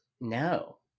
No